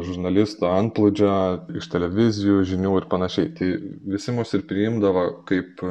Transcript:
žurnalistų antplūdžio iš televizijų žinių ir panašiai tai visi mus ir priimdavo kaip